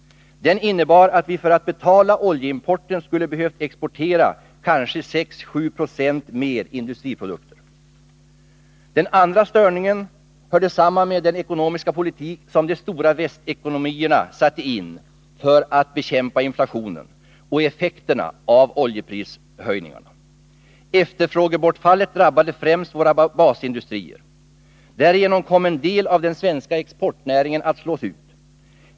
Den innebar att vi för att betala oljeimporten skulle behövt exportera kanske 6-7 procent mer industriprodukter. -—-- Den andra störningen hör samman med den ekonomiska politik som de stora västekonomierna satte in för att bekämpa inflationen och effekterna av oljeprishöjningarna. ——— Efterfrågebortfallet drabbade främst våra basindustrier. Därigenom kom en del av den svenska exportnäringen att slås ut.